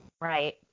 Right